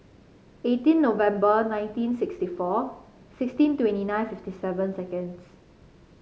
eighteen November nineteen sixty four sixteen twenty nine fifty seven seconds